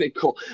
cool